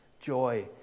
joy